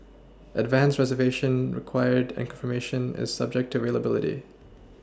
advance reservation required and confirmation is subject to availability